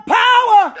power